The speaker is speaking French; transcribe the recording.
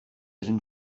jeune